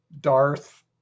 Darth